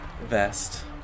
vest